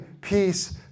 peace